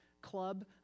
club